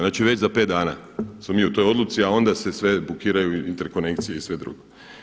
Znači već za pet dana smo mi u toj odluci, a onda se sve bukiraju interkonekcije i sve drugo.